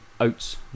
oats